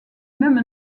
même